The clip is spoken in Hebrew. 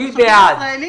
אני בעד.